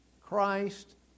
Christ